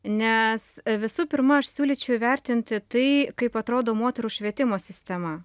nes visų pirma aš siūlyčiau įvertinti tai kaip atrodo moterų švietimo sistema